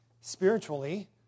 spiritually